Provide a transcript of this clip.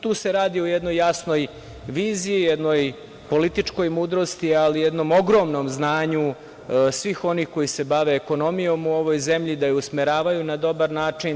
Tu se radi o jednoj jasnoj viziji, jednoj političkoj mudrosti, ali i jednom ogromnom znanju svih onih koji se bave ekonomijom u ovoj zemlji, da je usmeravaju na dobar način.